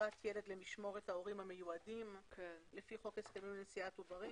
מסירת ילד למשמורת ההורים המיועדים לפי חוק הסכמים לנשיאת עוברים.